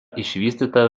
išvystyta